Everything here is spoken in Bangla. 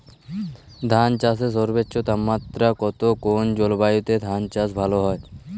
ধান চাষে সর্বোচ্চ তাপমাত্রা কত কোন জলবায়ুতে ধান চাষ ভালো হয়?